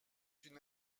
une